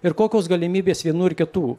ir kokios galimybės vienų ir kitų